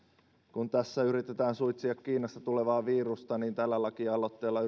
kun tässä yritetään suitsia kiinasta tulevaa virusta niin tällä lakialoitteella